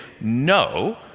no